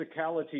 physicality